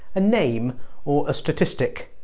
a name or a statistic.